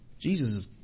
Jesus